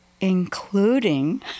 including